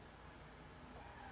eh but seriously that's like